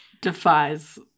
defies